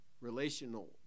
relational